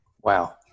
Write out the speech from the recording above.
Wow